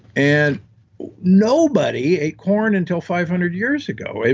and nobody ate corn until five hundred years ago.